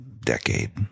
decade